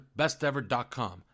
bestever.com